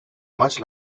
much